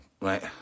right